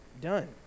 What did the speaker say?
done